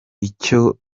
icyo